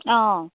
অঁ